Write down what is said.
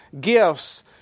gifts